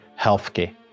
healthcare